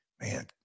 Man